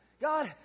God